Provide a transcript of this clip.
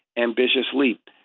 ambitious leap.